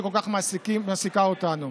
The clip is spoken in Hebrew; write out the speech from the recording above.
שכל כך מעסיקה אותנו,